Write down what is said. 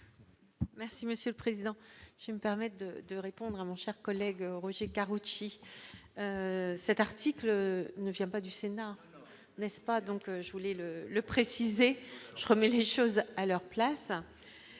Merci monsieur le président je me permettent de répondre à mon cher collègue, Roger Karoutchi, cet article ne vient pas du Sénat n'est-ce pas donc je voulais le le préciser, je remets les choses à leur place